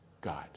God